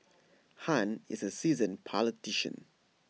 han is A seasoned politician